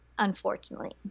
Unfortunately